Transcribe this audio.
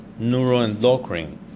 neuroendocrine